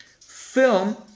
film